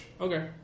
Okay